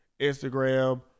Instagram